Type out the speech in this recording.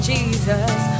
Jesus